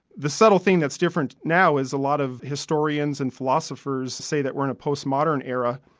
the subtle thing that's different now is a lot of historians and philosophers say that when a post-modern era,